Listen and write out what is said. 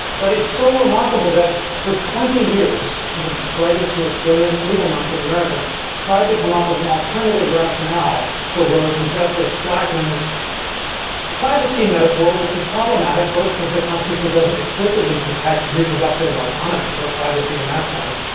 but it's so remarkable that for twenty years, the brightest, most brilliant legal minds in america tried to come up with an alternative rationale for road to justice blackmun's privacy metaphore, which was problematic both because the constitution doesn't explicitly protect reproductive autonomy or privacy in that sense,